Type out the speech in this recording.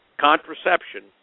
contraception